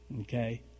Okay